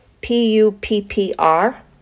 P-U-P-P-R